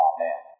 Amen